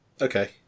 Okay